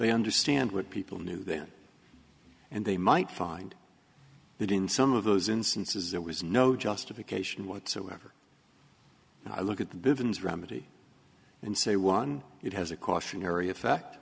they understand what people knew then and they might find that in some of those instances there was no justification whatsoever and i look at the buildings remedy and say one it has a cautionary effect